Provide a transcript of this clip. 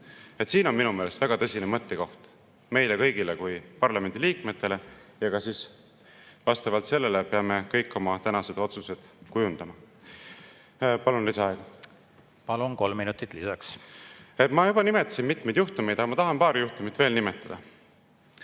Siin on minu meelest väga tõsine mõttekoht meile kõigile kui parlamendi liikmetele. Ja vastavalt sellele peame me kõik oma tänased otsused kujundama. Palun lisaaega. Palun, kolm minutit lisaks! Palun, kolm minutit lisaks! Ma juba nimetasin mitmeid juhtumeid, aga ma tahan paari juhtumit veel nimetada